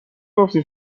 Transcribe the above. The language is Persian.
گفتی